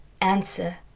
answer